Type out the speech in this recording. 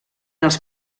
els